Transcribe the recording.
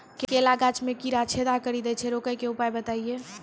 केला गाछ मे कीड़ा छेदा कड़ी दे छ रोकने के उपाय बताइए?